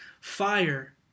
fire